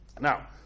Now